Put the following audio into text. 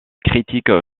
critique